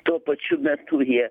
tuo pačiu metu jie